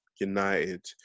United